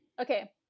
Okay